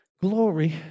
glory